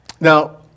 Now